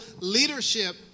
leadership